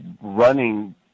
running